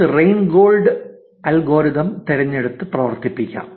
നമുക്ക് rain gold algorithm തിരഞ്ഞെടുത്ത് പ്രവർത്തിപ്പിക്കാം